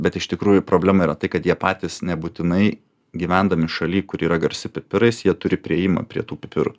bet iš tikrųjų problema yra tai kad jie patys nebūtinai gyvendami šaly kuri yra garsi pipirais jie turi priėjimą prie tų pipirų